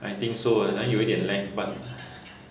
I think so ah 好像有一点 lag but